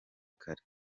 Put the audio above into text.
kare